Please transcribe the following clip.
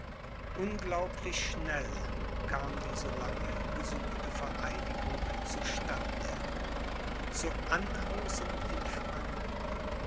unglaublich schnell kam die so lange gesuchte vereinigung zu stande zu anhausen in franken